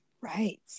right